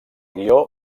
guió